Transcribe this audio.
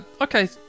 okay